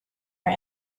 our